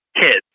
kids